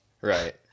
right